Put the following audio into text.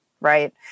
right